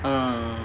ah